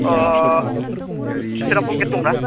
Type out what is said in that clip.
Shrirampur gate दंना